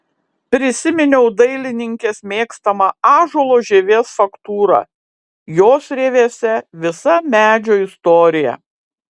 prisiminiau dailininkės mėgstamą ąžuolo žievės faktūrą jos rievėse visa medžio istorija